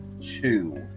two